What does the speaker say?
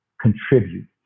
contribute